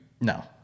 No